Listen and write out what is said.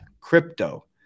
Crypto